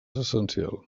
essencial